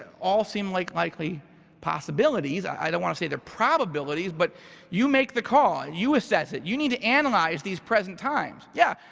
all seem like likely possibilities. i don't want to say their probabilities, but you make the call. you assess it. you need to analyze these present times. yeah,